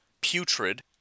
putrid